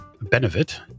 benefit